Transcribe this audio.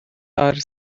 are